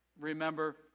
remember